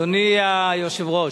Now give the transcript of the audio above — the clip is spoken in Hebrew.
אדוני היושב-ראש,